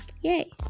Yay